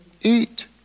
eat